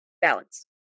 balance